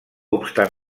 obstant